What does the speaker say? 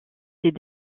ces